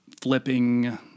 flipping